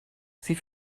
sie